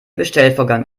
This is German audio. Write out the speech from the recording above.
bestellvorgang